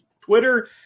Twitter